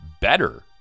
better